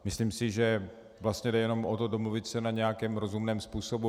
Myslím si, že jde vlastně jenom o to domluvit se na nějakém rozumném způsobu.